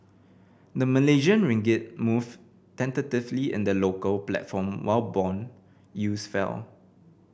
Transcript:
the Malaysian ringgit moved tentatively in the local platform while bond yields fell